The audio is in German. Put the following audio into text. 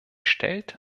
stellt